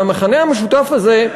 והמכנה המשותף הזה,